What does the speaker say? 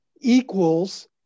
equals